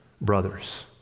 brothers